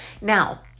Now